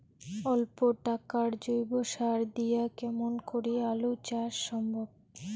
অল্প টাকার জৈব সার দিয়া কেমন করি আলু চাষ সম্ভব?